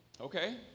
Okay